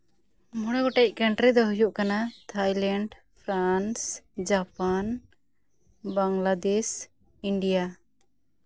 ᱢᱚᱸᱬᱮ ᱜᱚᱴᱮᱡ ᱠᱟᱱᱴᱤᱨᱤ ᱫᱚ ᱦᱩᱭᱩᱜ ᱠᱟᱱᱟ Thailand France Japan Bangladesh India